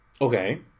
Okay